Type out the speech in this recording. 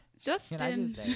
justin